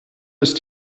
ist